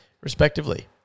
respectively